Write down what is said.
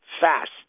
fast